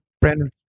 brandon